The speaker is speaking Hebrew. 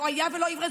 לא היה ולא נברא.